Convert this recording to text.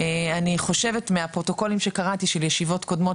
אני חושבת מהפרוטוקולים שקראתי של ישיבות קודמות,